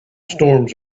storms